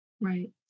Right